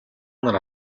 нар